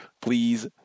Please